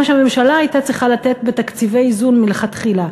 שהממשלה הייתה צריכה לתת בתקציבי איזון מלכתחילה.